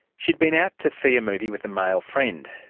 she'd been out to see a movie with a male friend.